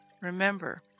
Remember